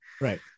Right